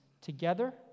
together